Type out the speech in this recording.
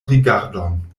rigardon